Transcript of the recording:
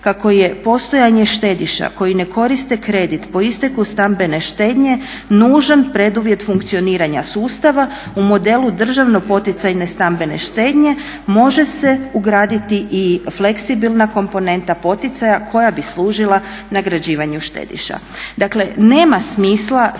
"Kako je postojanje štediša koji ne koriste kredit po isteku stambene štednje nužan preduvjet funkcioniranja sustava u modelu državno-poticajne stambene štednje može se ugraditi i fleksibilna komponenta poticaja koja bi služila nagrađivanju štediša."